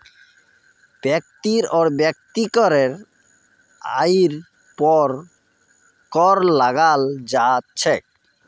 व्यक्तिर वैयक्तिक आइर पर कर लगाल जा छेक